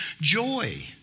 joy